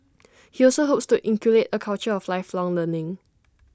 he also hopes to help inculcate A culture of lifelong learning